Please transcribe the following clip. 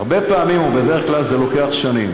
הרבה פעמים, בדרך כלל, זה לוקח שנים.